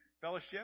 fellowship